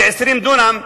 כ-20 דונם,